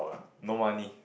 no money